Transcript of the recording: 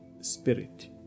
spirit